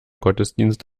gottesdienst